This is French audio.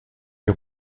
les